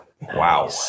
Wow